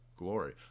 glory